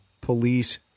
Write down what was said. police